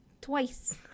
twice